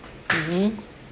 mmhmm